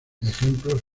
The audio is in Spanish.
ejemplos